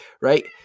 right